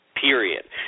Period